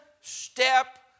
step